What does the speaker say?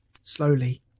slowly